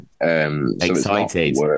Excited